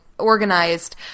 organized